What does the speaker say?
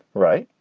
right.